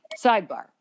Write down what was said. sidebar